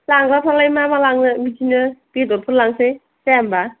जाग्राफ्रालाय मा मा लांनो बिदिनो बेदरफोर लांसै जाया होम्बा